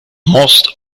most